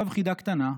עכשיו חידה קטנה.